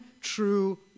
true